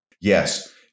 Yes